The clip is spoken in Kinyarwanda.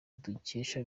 dukesha